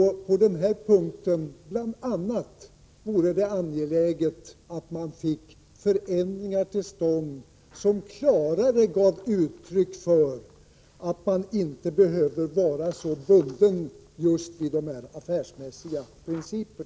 a. på detta område vore det angeläget att få förändringar till stånd så att det klarare ges uttryck för att man inte behöver vara så bunden vid affärsmässiga principer.